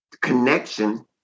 connection